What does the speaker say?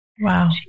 Wow